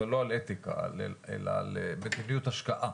אבל לא על אתיקה אלא על מדיניות השקעה.